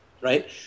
right